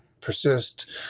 persist